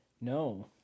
No